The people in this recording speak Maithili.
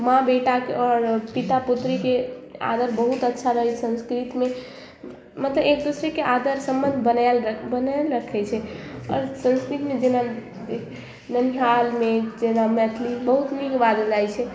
माँ बेटा आओर पिता पुत्रीके आदर बहुत अच्छा रहै संस्कृतमे मतलब एक दोसराके आदर सम्मान बनाएल रख बनाएल रखै छै आओर संस्कृतमे जेना ननिहालमे जेना मैथिली बहुत नीक बाजल जाइ छै